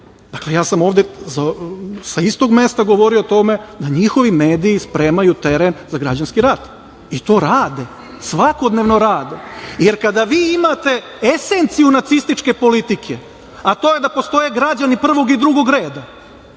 sazivu. Dakle, ja sam ovde sa istog mesta govorio o tome da njihovi mediji spremaju teren za građanski rat i to svakodnevno rade, jer kada vi imate esenciju nacističke politike, a to je da postoje građani prvog i drugog reda,